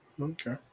okay